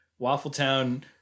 Waffletown